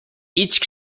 each